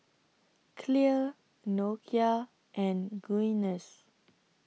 Clear Nokia and Guinness